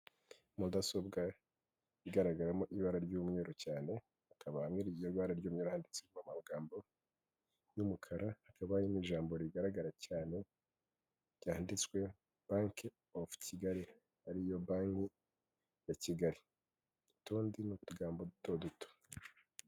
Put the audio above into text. Mudasobwa igaragaramo ibara ry'umweru cyane, ihakaba muri iryo bara ry'umweru handitse amagambo y'umukara. Hakaba harimo ijambo rigaragara cyane ryanditswe, banki of kigali ariyo banki ya kigali. Utundi n'utugambo duto duto.